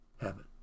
heaven